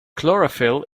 chlorophyll